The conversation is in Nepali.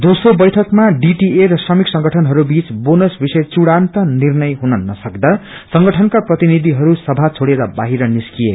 दोस्रो बैठकमा डीटीए र श्रमिक संगठनहस्बीच बोनस विषय चुढ़ान्त निर्णय हुन नसक्दा संगठनका प्रतिनिधिहरू सभा छोइर बाहिर निरिकए